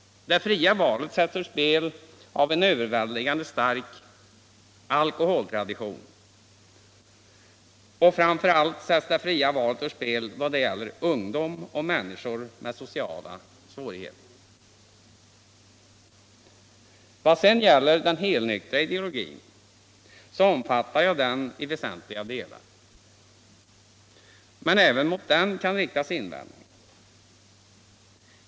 Det fria valet sätts ur spel av en överväldigande stark alkoholtradition, och framför allt sätts det fria valet ur spel då det gäller ungdom och människor med sociala svårigheter. Vad sedan gäller den helnyktra ideologin så omfattar jag den i väsentliga delar. Men även mot den kan riktas invändningar.